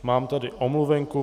Mám tady omluvenku.